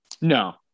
No